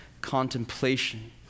contemplation